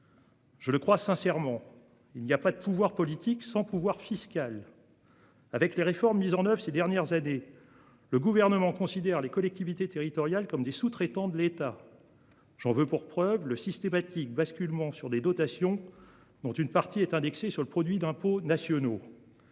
Je le crois sincèrement. Il n'y a pas de pouvoir politique sans pouvoir fiscal. Avec les réformes mises en oeuvre ces dernières années. Le gouvernement considère les collectivités territoriales comme des sous-traitants de l'État. J'en veux pour preuve le systématique basculement sur des dotations dont une partie est indexé sur le produit d'impôts nationaux.